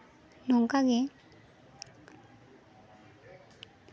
ᱱᱚᱝᱠᱟᱜᱮ